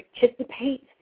participate